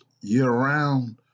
year-round